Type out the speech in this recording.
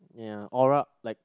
ya aura like